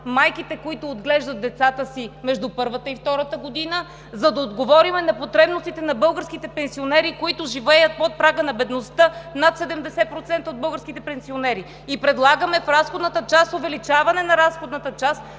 майките, които отглеждат децата си между първата и втората година, за да отговорим на потребностите на българските пенсионери, които живеят под прага на бедността – над 70% от българските пенсионери. Предлагаме в разходната част увеличаване на разходната част